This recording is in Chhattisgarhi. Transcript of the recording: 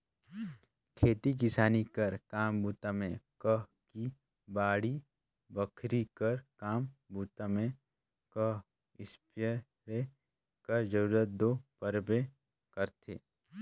खेती किसानी कर काम बूता मे कह कि बाड़ी बखरी कर काम बूता मे कह इस्पेयर कर जरूरत दो परबे करथे